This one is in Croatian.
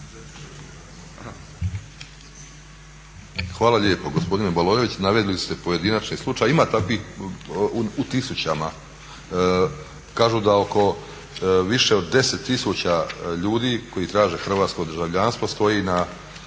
Hvala lijepo. Gospodine Baloević naveli ste pojedinačni slučaj, ima takvih u tisućama. Kažu da više od 10 tisuća ljudi koji traže hrvatsko državljanstvo stoji u